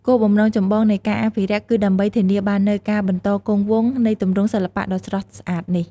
គោលបំណងចម្បងនៃការអភិរក្សគឺដើម្បីធានាបាននូវការបន្តគង់វង្សនៃទម្រង់សិល្បៈដ៏ស្រស់ស្អាតនេះ។